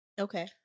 Okay